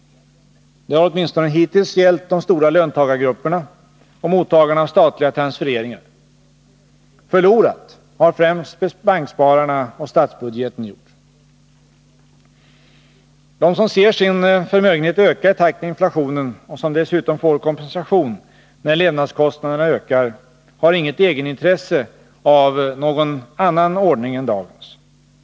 Det har åtminstone hittills gällt de stora löntagargrupperna och mottagarna av statliga transfe reringar. Förlorat har främst bankspararna och statsbudgeten gjort. De som ser sin förmögenhet öka i takt med inflationen och som dessutom får kompensation när levnadskostnaderna ökar har inget egetintresse av någon annan ordning än dagens.